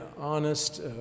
honest